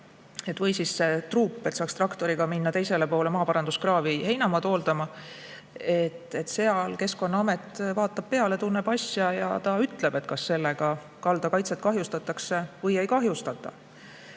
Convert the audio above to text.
või siis truup, et saaks traktoriga minna teisele poole maaparanduskraavi heinamaad hooldama –, Keskkonnaamet vaatab peale, ta tunneb asja ja ütleb, kas sellega kalda kaitset kahjustatakse või ei kahjustata.